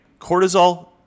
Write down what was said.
Cortisol